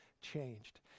changed